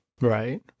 Right